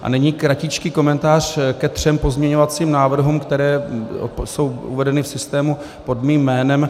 A nyní kratičký komentář ke třem pozměňovacím návrhům, které jsou uvedeny v systému pod mým jménem.